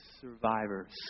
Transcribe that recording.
survivors